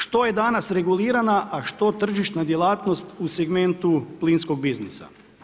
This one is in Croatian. Što je danas regulirana a što tržišna djelatnost u segmentu plinskog biznisa.